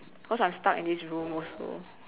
cause I'm stuck in this room also